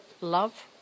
love